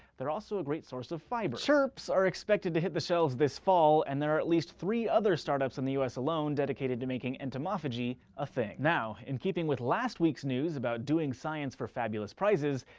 they're also a great source of fiber. chirps are expected to hit the shelves this fall, and there are at least three other start-ups in the u s. alone dedicated to making entomophagy a thing. now, in keeping with last week's news about doing science for fabulous prizes,